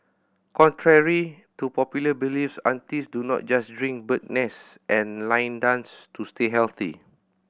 contrary to popular beliefs aunties do not just drink bird's nest and line dance to stay healthy